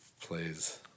plays